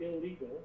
illegal